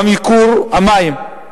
גם ייקור המים.